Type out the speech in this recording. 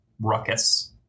ruckus